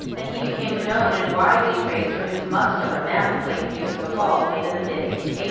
and he became known and widely praised for his muscular mammoth plate views of the falls made in the mid eighteen eighty